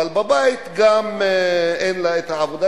אבל בבית גם אין לה עבודה,